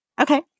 Okay